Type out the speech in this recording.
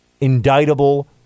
indictable